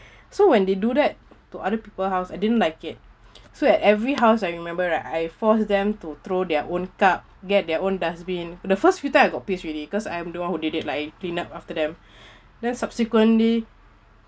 so when they do that to other people house I didn't like it so at every house I remember right I force them to throw their own cup get their own dustbin the first few time I got pissed already cause I'm the one who did it like clean up after them then subsequently